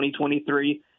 2023